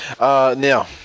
Now